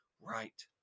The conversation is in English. right